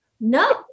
no